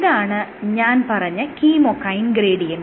ഇതാണ് ഞാൻ പറഞ്ഞ കീമോകൈൻ ഗ്രേഡിയന്റ്